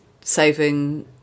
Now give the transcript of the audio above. saving